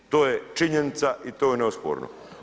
To je činjenica i to je neosporno.